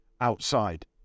outside